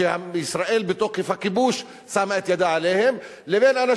שישראל בתוקף הכיבוש שמה את ידה עליהן,